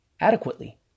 adequately